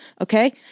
okay